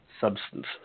substance